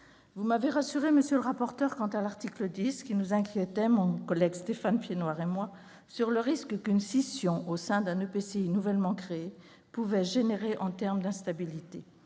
Vous m'avez rassurée, monsieur le rapporteur, quant à l'article 10, qui nous inquiétait, mon collègue Stéphane Piednoir et moi, sur le risque d'instabilité qu'une scission au sein d'un EPCI nouvellement créé pouvait faire naître. Je sais